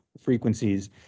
frequencies